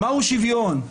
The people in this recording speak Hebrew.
מהו שוויון?